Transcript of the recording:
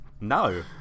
No